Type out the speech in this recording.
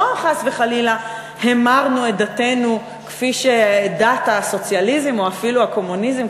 לא חס וחלילה שהמרנו את דתנו לדת הסוציאליזם או אפילו הקומוניזם,